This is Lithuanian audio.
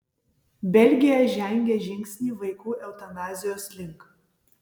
belgija žengė žingsnį vaikų eutanazijos link